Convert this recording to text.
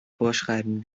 vorschreiben